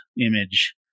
image